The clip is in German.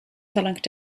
verlangt